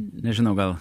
nežinau gal